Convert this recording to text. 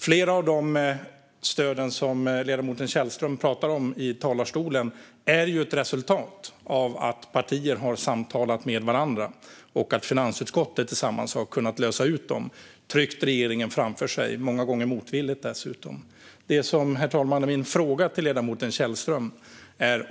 Flera av de stöd som ledamoten Källström pratar om i talarstolen är ju resultat av att partier har samtalat med varandra och att ledamöterna i finansutskottet tillsammans har löst frågor och tryckt en många gånger motvillig regering framför sig. Herr talman! Jag har en fråga till ledamoten Källström.